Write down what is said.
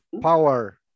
power